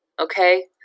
okay